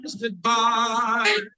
goodbye